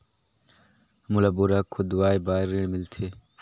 मोला बोरा खोदवाय बार ऋण मिलथे?